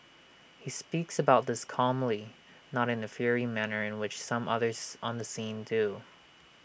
he speaks about this calmly not in the fiery manner in which some others on the scene do